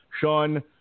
Sean